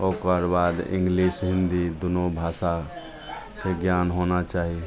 ओकरबाद इन्गलिश हिन्दी दुनू भाषाके ज्ञान होना चाही